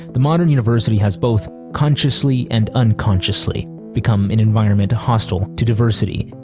the modern university has both consciously and unconsciously become an environment hostile to diversity.